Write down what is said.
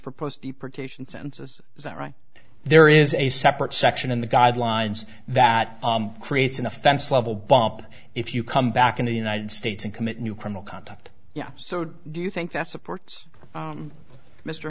for post deportation sentences is that right there is a separate section in the guidelines that creates an offense level bump if you come back in the united states and commit new criminal conduct yeah so do you think that supports